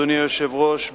אדוני היושב-ראש,